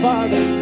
Father